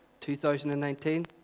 2019